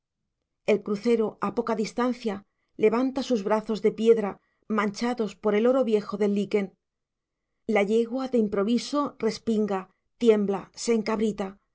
el crucero a poca distancia levanta sus brazos de piedra manchados por el oro viejo del liquen la yegua de improviso respinga tiembla se encabrita